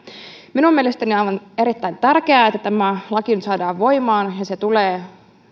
minun mielestäni on erittäin tärkeää että tämä laki nyt saadaan voimaan ja se tulee